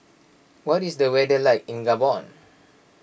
what is the weather like in Gabon